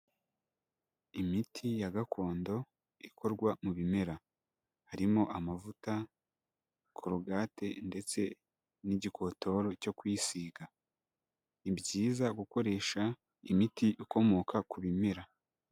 Imiti ya gakondo ikorwa mu bimera, harimo amavuta, korogate ndetse n'igikotoro cyo kwisiga. Ni byiza gukoresha imiti ikomoka ku bimera.